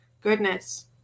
goodness